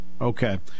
Okay